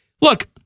look